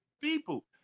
people